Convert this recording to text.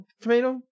Tomato